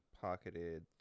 pocketed